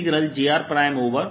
r r